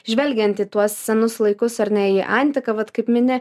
žvelgiant į tuos senus laikus ar ne į antiką vat kaip mini